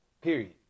Period